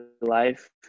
life